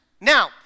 Now